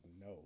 No